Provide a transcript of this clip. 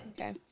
Okay